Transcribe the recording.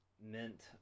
Mint